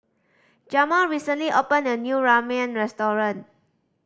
Jamaal recently opened a new Ramyeon Restaurant